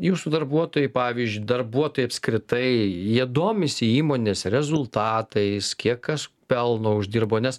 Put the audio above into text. jūsų darbuotojai pavyzdžiui darbuotojai apskritai jie domisi įmonės rezultatais kiek kas pelno uždirbo nes